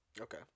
Okay